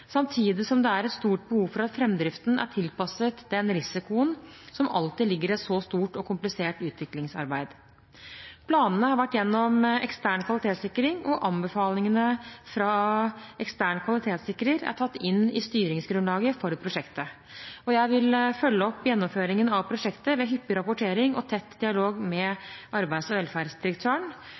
samtidig som det er et stort behov for at framdriften er tilpasset den risikoen som alltid ligger i et så stort og komplisert utviklingsarbeid. Planene har vært gjennom ekstern kvalitetssikring, og anbefalingene fra ekstern kvalitetssikrer er tatt inn i styringsgrunnlaget for prosjektet. Jeg vil følge opp gjennomføringen av prosjektet ved hyppig rapportering og tett dialog med arbeids- og velferdsdirektøren.